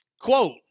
Quote